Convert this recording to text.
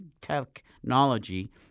technology